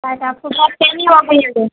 کاہے تے آپ کو غلط فہمی ہو گئی ہوگی